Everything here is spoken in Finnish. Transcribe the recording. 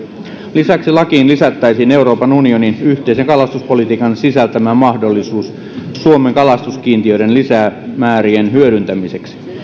lisäksi lakiin lisättäisiin euroopan unionin yhteisen kalastuspolitiikan sisältämä mahdollisuus suomen kalastuskiintiöiden lisämäärien hyödyntämiseksi